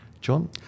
John